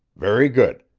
very good.